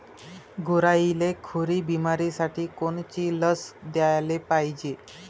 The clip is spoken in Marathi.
गुरांइले खुरी बिमारीसाठी कोनची लस द्याले पायजे?